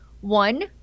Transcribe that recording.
One